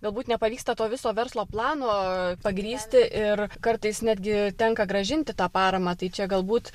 galbūt nepavyksta to viso verslo plano pagrįsti ir kartais netgi tenka grąžinti tą paramą tai čia galbūt